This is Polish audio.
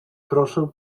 proszę